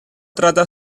trata